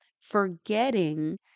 forgetting